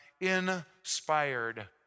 inspired